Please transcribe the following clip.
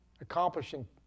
Accomplishing